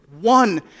one